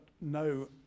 no